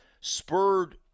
spurred